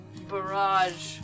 barrage